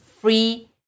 free